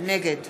נגד